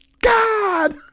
God